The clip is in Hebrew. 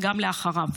וגם לאחריו.